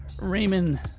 Raymond